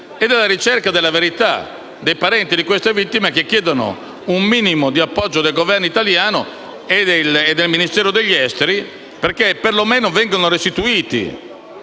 la ricerca della verità dei parenti di queste vittime che chiedono un minimo di appoggio del Governo italiano e del Ministero degli affari esteri, perché perlomeno vengano restituiti